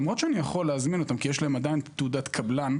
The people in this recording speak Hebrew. למרות שאנחנו יכולים להזמין אותם כי יש להם עדיין תעודת קבלן,